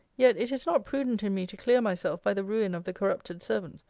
yet it is not prudent in me to clear myself by the ruin of the corrupted servant,